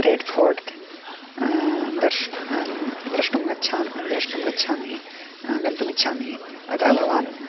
red Fort दर्श् द्रष्टुं गच्छामि द्रष्टुं गच्छामि गन्तुमिच्छामि अतः भवान्